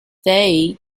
they